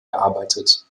erarbeitet